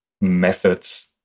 methods